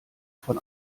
von